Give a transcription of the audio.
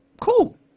cool